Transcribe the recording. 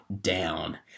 down